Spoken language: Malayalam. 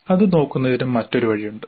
അത് നോക്കുന്നതിന് മറ്റൊരു വഴിയുണ്ട്